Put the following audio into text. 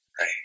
Right